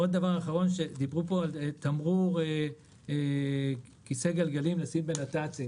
דיברו פה על תמרור כיסא גלגלים בנת"צים